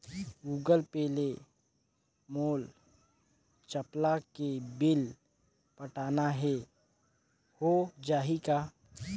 Google Pay ले मोल चपला के बिल पटाना हे, हो जाही का?